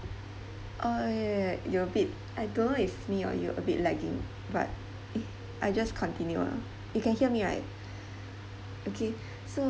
err ya you're a bit I don't know it's me or you a bit lagging but e~ I just continue ah you can hear me right okay so